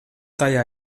tajā